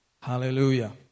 Hallelujah